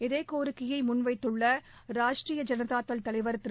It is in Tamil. இதே கோரிக்கையை முன்வைத்துள்ள ராஷ்ட்ரீய ஜனதா தள் தலைவர் திரு